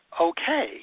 okay